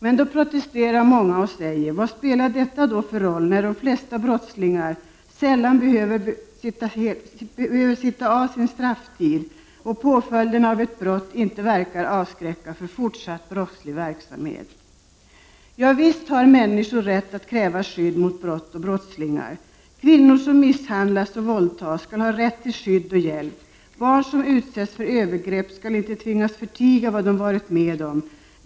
Men då protesterar många och undrar vad detta spelar för roll när de flesta brottslingar sällan behöver sitta av hela strafftiden och när påföljderna för ett brott inte förefaller att avskräcka från fortsatt brottslig verksamhet. Visst har människor rätt att kräva skydd mot brott och brottslingar. Kvinnor som misshandlas och våldtas skall ha rätt till skydd och hjälp. Barn som utsätts för övergrepp skall inte tvingas förtiga vad de varit med om.